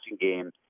game